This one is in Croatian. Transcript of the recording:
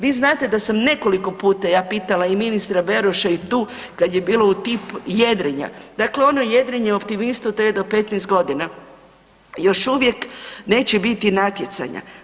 Vi znate da sam nekoliko puta ja pitala i ministra Beroša i tu kad je bilo u tip jedrenja, dakle ono jedrenje optimistu traje do 15 godina još uvijek neće biti natjecanja.